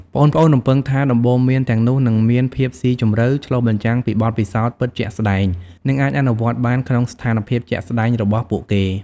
ប្អូនៗរំពឹងថាដំបូន្មានទាំងនោះនឹងមានភាពស៊ីជម្រៅ ឆ្លុះបញ្ចាំងពីបទពិសោធន៍ពិតជាក់ស្ដែង និងអាចអនុវត្តបានក្នុងស្ថានភាពជាក់ស្ដែងរបស់ពួកគេ។